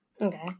Okay